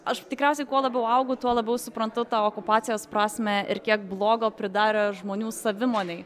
aš tikriausiai kuo labiau augu tuo labiau suprantu tą okupacijos prasmę ir kiek blogo pridarė žmonių savimonei